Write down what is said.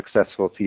successful